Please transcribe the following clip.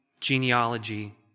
genealogy